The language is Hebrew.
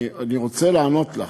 אני רוצה לענות לך.